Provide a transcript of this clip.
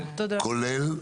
כולל,